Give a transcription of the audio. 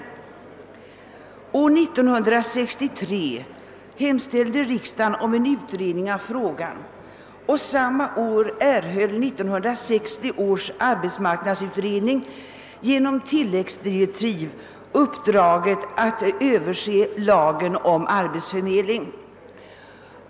1963 hemställde riksdagen om en utredning av frågan, och samma år erhöll 1960 års arbetsmarknadsutredning genom tilläggsdirektiv uppdraget att överse lagen om arbetsförmedling.